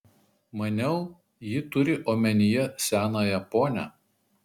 maniau ji turi omenyje senąją ponią